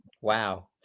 Wow